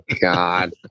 God